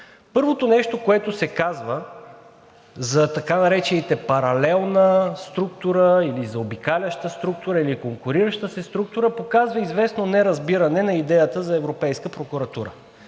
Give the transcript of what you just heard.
Първото нещо, което се казва за така наречените паралелна структура или заобикаляща структура, или конкуриращата се структура, показва известно неразбиране на идеята за Европейска прокуратура,